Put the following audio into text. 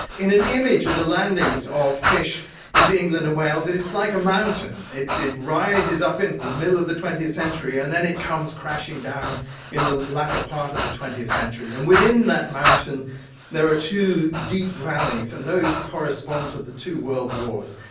in an image of the landings of fish into england and wales it is like a mountain, it rises up into the middle of the twentieth century and then it comes crashing down in the latter part of the twentieth century. and within that mountain there are two deep valleys, and those correspond to the two world wars,